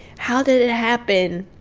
how did it happen?